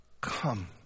come